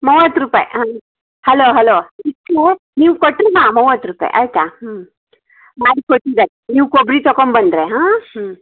ಮವತ್ತು ರೂಪಾಯಿ hello hello ಮೂವತ್ತು ನೀವು ಕೊಟ್ಟರೆ ನಾ ಮವತ್ತು ರೂಪಾಯಿ ಆಯಿತಾ ಹ್ಞೂ ಮಾಡಿಕೊಟ್ಟಿದಕ್ಕೆ ನೀವು ಕೊಬ್ಬರಿ ತಕೊಂಬಂದರೆ ಹಾಂ ಹ್ಞೂ